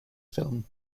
film